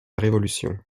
révolution